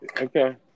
Okay